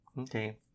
Okay